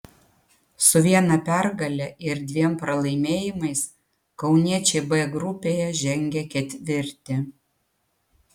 su viena pergale ir dviem pralaimėjimais kauniečiai b grupėje žengia ketvirti